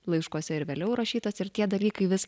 laiškuose ir vėliau rašytas ir tie dalykai vis